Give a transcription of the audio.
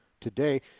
today